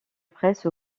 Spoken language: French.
presse